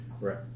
Right